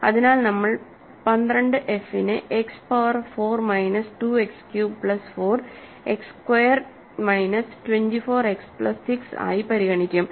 അതിനാൽനമ്മൾ 12 f നെ x power 4 minus 2 x cube plus 4 x squared minus 24 x plus 6 ആയി പരിഗണിക്കും